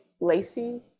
Lacey